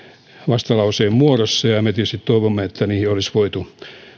vastalauseen muodossa ja me tietysti toivoimme että niihin olisi voitu